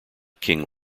king